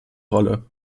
rolle